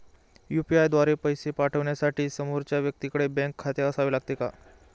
UPI द्वारा पैसे पाठवण्यासाठी समोरच्या व्यक्तीकडे बँक खाते असावे लागते का?